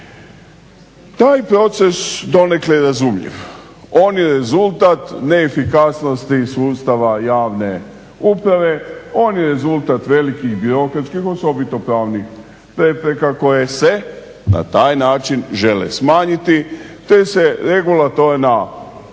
Taj proces je donekle razumljiv. On je rezultat neefikasnosti sustava javne uprave, on je rezultat velikih birokratskih osobito pravnih prepreka koje se na taj način žele smanjiti te se regulatorna djelatnost